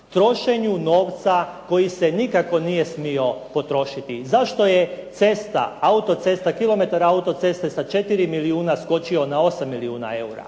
trošenju novca koji se nikako nije smio potrošiti. I zašto je cesta, auto-cesta, kilometar auto-ceste sa 4 milijuna skočio na 8 milijuna eura.